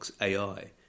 AI